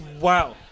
Wow